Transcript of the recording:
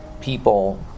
People